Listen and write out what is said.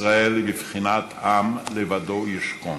ישראל היא בבחינת עם לבדו ישכון,